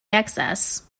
excess